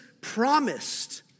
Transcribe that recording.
promised